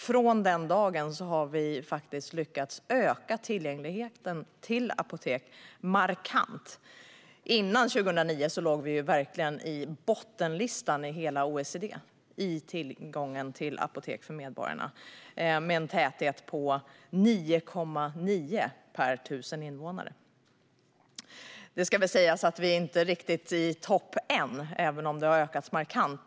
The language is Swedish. Från den dagen har tillgängligheten till apotek ökat markant. Före 2009 låg Sverige i bottenlistan i hela OECD i fråga om tillgången till apotek för medborgarna. Tätheten var 9,9 apotek per 1 000 invånare. Det ska väl sägas att Sverige inte är riktigt i topp än, även om tillgängligheten har ökat markant.